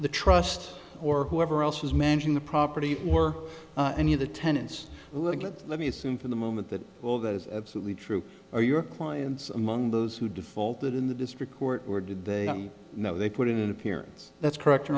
the trust or whoever else was managing the property or any of the tenants let me assume for the moment that all that is absolutely true are your clients among those who defaulted in the district court or did they know they put in an appearance that's correct